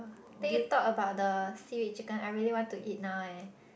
then you talk about the seaweed chicken I really want to eat now eh